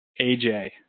AJ